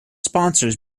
sponsors